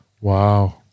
Wow